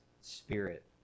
spirit